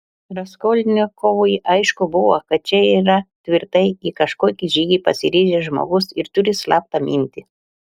raskolnikovui aišku buvo kad čia yra tvirtai į kažkokį žygį pasiryžęs žmogus ir turi slaptą mintį